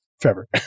Trevor